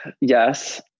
yes